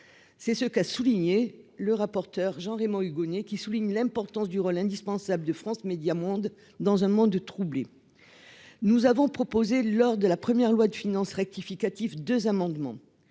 c'est ce qu'a souligné le rapporteur Jean-Raymond Hugonet, qui souligne l'importance du rôle indispensable de France Médias Monde dans un monde troublé, nous avons proposé lors de la première loi de finances rectificatif 2 amendements,